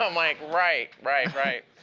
um like, right, right, right.